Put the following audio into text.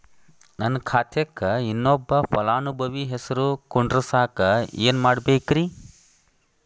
ನನ್ನ ಖಾತೆಕ್ ಇನ್ನೊಬ್ಬ ಫಲಾನುಭವಿ ಹೆಸರು ಕುಂಡರಸಾಕ ಏನ್ ಮಾಡ್ಬೇಕ್ರಿ?